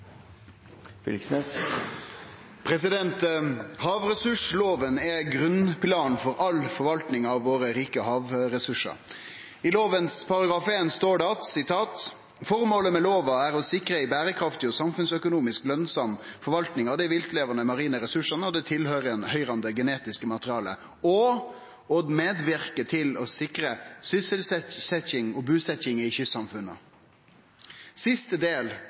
grunnpilaren for all forvaltning av våre rike havressursar. I lovas § 1 står det: «Formålet med lova er å sikre ei berekraftig og samfunnsøkonomisk lønsam forvaltning av dei viltlevande marine ressursane og det tilhøyrande genetiske materialet og å medverke til å sikre sysselsetjing og busetjing i kystsamfunna.» Den siste